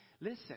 Listen